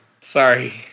Sorry